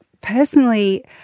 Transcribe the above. personally